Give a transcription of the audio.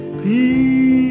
peace